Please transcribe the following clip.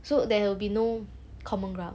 so there will be no common ground